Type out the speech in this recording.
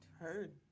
heard